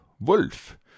Wolf